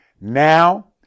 now